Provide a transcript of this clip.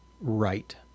right